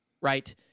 Right